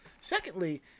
Secondly